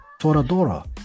toradora